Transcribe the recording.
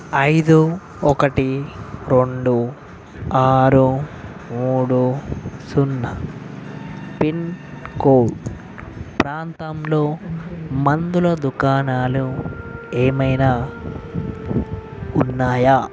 ఐదు ఒకటి రెండు ఆరు మూడు సున్నా పిన్కోడ్ ప్రాంతంలో మందుల దుకాణాలు ఏమైనా ఉన్నాయా